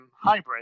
hybrid